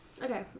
Okay